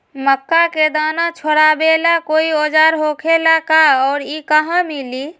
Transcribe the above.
मक्का के दाना छोराबेला कोई औजार होखेला का और इ कहा मिली?